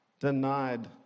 denied